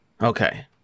Okay